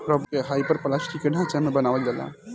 rubber के hyperelastic के ढांचा में बनावल जाला